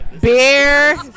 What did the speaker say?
Beer